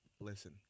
listen